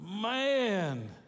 Man